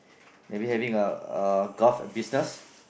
maybe having a a golf business